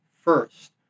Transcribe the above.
first